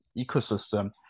ecosystem